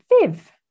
Viv